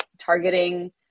Targeting